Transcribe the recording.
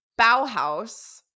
Bauhaus